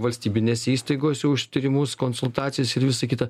valstybinėse įstaigose už tyrimus konsultacijas ir visa kita